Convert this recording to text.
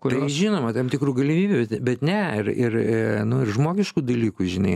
tai žinoma tam tikrų galimybių bet ne ir ir nu ir žmogiškų dalykų žinai